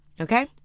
okay